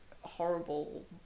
horrible